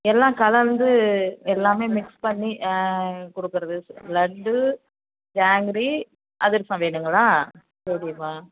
எல்லாம் கலந்து எல்லாமே மிக்ஸ் பண்ணி கொடுக்கிறது லட்டு ஜாங்கிரி அதிரசம் வேணுங்களா சரிம்மா